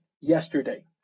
yesterday